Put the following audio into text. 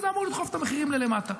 וזה אמור לדחוף את המחירים למטה.